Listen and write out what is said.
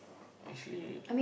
actually